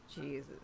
Jesus